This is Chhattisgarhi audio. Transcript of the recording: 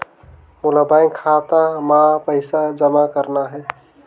मोला बैंक खाता मां पइसा जमा करना हे?